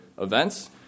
events